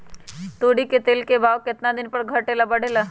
तोरी के तेल के भाव केतना दिन पर घटे ला बढ़े ला?